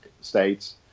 states